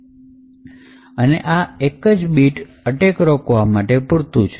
અને આ એક જ bit અટેક રોકવા માટે પૂરતું છે